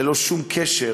ללא שום קשר